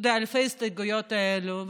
באלפי ההסתייגויות האלו,